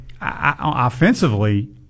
offensively